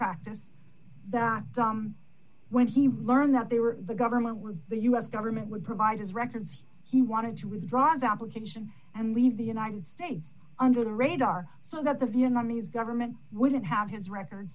practice that when he learned that they were the government was the u s government would provide his records he wanted to withdraw the application and leave the united states under the radar so that the vietnamese government wouldn't have his records